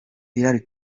hillary